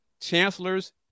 chancellors